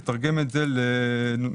לתרגם את זה לנוזל.